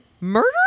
murder